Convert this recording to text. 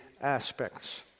aspects